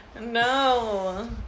no